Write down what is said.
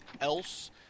else